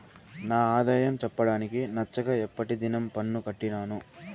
నా ఆదాయం చెప్పడానికి నచ్చక ఎప్పటి దినం పన్ను కట్టినాను